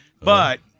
But-